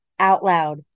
OUTLOUD